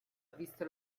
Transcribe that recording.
visto